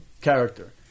character